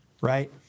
right